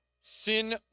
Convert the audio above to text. sin